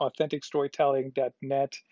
authenticstorytelling.net